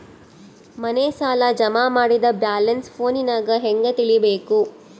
ಮನೆ ಸಾಲ ಜಮಾ ಮಾಡಿದ ಬ್ಯಾಲೆನ್ಸ್ ಫೋನಿನಾಗ ಹೆಂಗ ತಿಳೇಬೇಕು?